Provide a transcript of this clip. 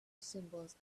symbols